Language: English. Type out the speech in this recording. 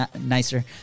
nicer